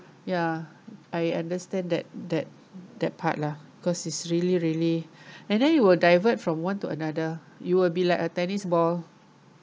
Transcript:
ya I understand that that that part lah cause it's really really and then you will divert from one to another you will be like a tennis ball